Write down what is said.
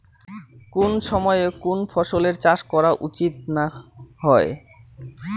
কুন সময়ে কুন ফসলের চাষ করা উচিৎ না হয়?